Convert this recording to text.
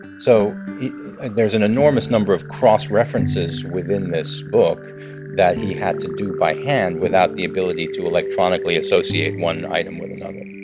so there's an enormous number of cross-references within this book that he had to do by hand without the ability to electronically associate one item with another